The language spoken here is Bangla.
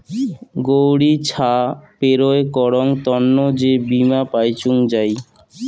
গৌড়ি ছা পেরোয় করং তন্ন যে বীমা পাইচুঙ যাই